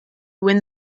win